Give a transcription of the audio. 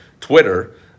Twitter